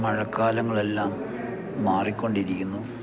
മഴക്കാലങ്ങളെല്ലാം മാറിക്കൊണ്ടിരിക്കുന്നു